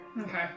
Okay